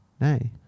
Nay